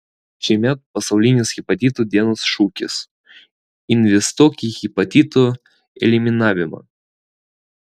šiemet pasaulinės hepatito dienos šūkis investuok į hepatitų eliminavimą